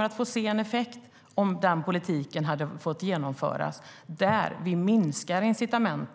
Effekten, om den politiken hade fått genomföras, hade blivit att intäkterna